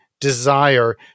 desire